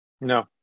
No